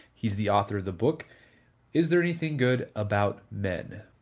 he's the author of the book is there anything good about men?